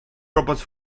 robots